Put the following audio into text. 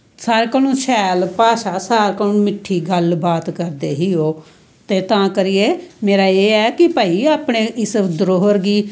सारें कोलूं शैल भाशा सारें कोलूं मिट्ठी गल्ल बात करदे ही ओह् ते तां करियै मेरा एह् ऐ कि भाई अपनै इस धरोहर गी